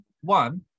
one